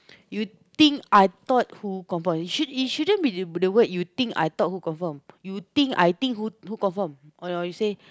you think I think who confirm or you say you think I thought who confirm it shouldn't be the word you think I thought who confirm